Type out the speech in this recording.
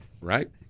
Right